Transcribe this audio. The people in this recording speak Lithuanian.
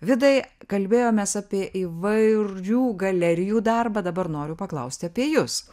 vidai kalbėjomės apie įvairių galerijų darbą dabar noriu paklausti apie jus